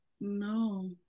No